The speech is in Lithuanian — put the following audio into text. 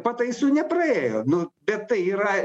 pataisų nepraėjo nu bet tai yra